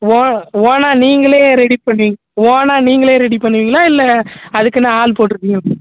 ஓ ஓனாக நீங்களே ரெடி பண்ணுவீ ஓனாக நீங்களே ரெடி பண்ணுவீங்களா இல்லை அதுக்குனு ஆள் போட்டுருப்பீங்க